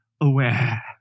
aware